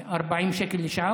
40 שקל לשעה,